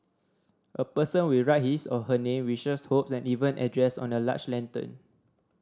a person will write his or her name wishes hopes and even address on a large lantern